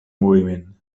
moviment